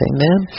Amen